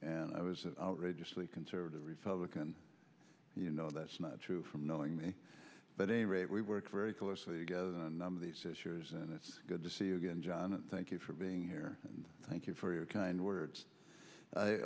and i was an outrageously conservative republican you know that's not true from knowing me but any rate we worked very closely together and none of these issues and it's good to see you again john and thank you for being here and thank you for your kind words i